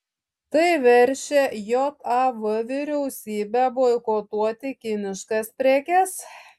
tai verčia jav vyriausybę boikotuoti kiniškas prekes